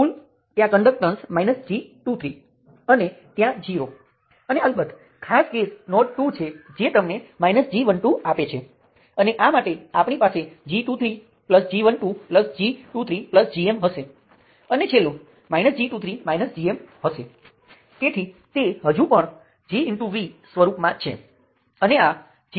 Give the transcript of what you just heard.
તેથી તમારે ધારવું પડશે કે તમને કોઈ રીતે સર્કિટ આપવામાં આવી છે પ્લેનર સર્કિટ તરીકે પહેલેથી જ યોગ્ય રીતે દોરેલી છે અને તેમાંથી તમે કંઈપણ બદલ્યા વિના મેશને ઓળખો છો તે પ્લેનર સર્કિટ અને મેશની વ્યાખ્યા છે